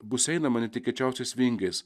bus einama netikėčiausiais vingiais